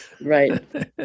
right